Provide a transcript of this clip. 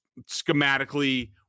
schematically